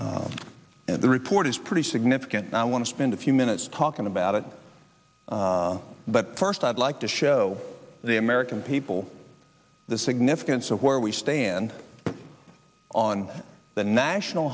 the report is pretty significant and i want to spend a few minutes talking about it but first i'd like to show the american people the significance of where we stand on the national